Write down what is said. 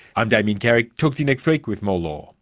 i'm damien carrick, talk to you next week with more law